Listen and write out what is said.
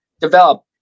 develop